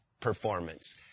performance